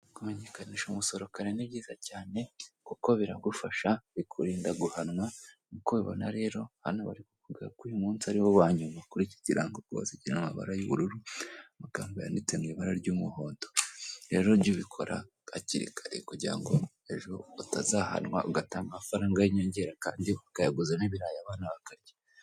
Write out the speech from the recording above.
Kumenyekanisha umusoro kare ni byiza cyane kuko biragufasha bikurinda guhanwa nk'uko ubibona rero hano bari kuvuga ko uyu munsi ariwo wanyuma kuri iki kirango gisize amabara y'ubururu, amagambo yanditse mu ibara ry'umuhondo. Rero jya ubikora hakiri kare kugira ngo ejo utazahanwa ugatanga amafaranga y'inyongera kandi wakayaguzemo ibirayi abana bakarya.